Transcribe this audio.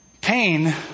Pain